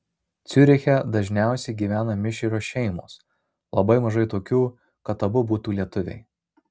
ciuriche dažniausiai gyvena mišrios šeimos labai mažai tokių kad abu būtų lietuviai